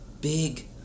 Big